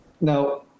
Now